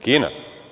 Kina.